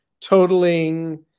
totaling